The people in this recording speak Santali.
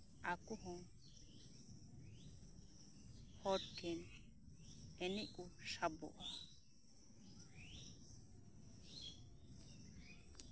ᱟᱠᱚ ᱦᱚᱸ ᱦᱚᱲ ᱴᱷᱮᱱ ᱮᱱᱮᱡ ᱠᱚ ᱥᱟᱵᱚᱜᱼᱟ